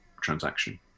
transaction